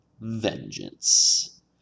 vengeance